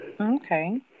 Okay